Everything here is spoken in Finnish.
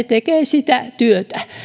tekevät sitä työtä